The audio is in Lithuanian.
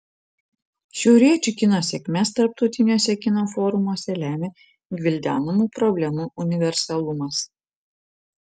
šiauriečių kino sėkmes tarptautiniuose kino forumuose lemia gvildenamų problemų universalumas